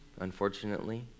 unfortunately